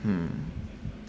mm